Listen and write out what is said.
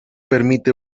permite